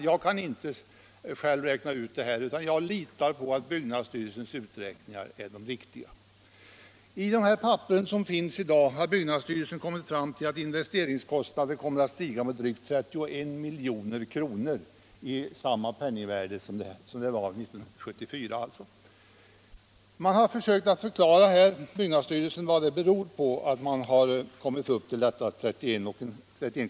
Jag kan inte själv räkna ut detta utan litar på att byggnadsstyrelsens uträkningar är riktiga. Enligt de papper som finns i dag har byggnadsstyrelsen kommit fram till att investeringskostnaderna kommer att stiga med 31,7 milj.kr. efter 1974 års penningvärde. Byggnadsstyrelsen har försökt förklara vad det beror på.